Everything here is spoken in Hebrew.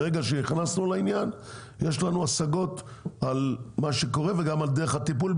ברגע שנכנסנו לעניין יש לנו השגות על מה שקורה וגם על דרך הטיפול,